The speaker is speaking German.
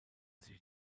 sich